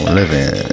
living